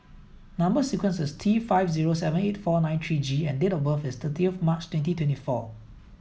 number sequence is T five zero seven eight four nine three G and date of birth is thirty of March twenty twenty four